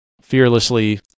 fearlessly